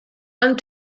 and